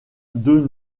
deux